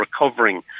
recovering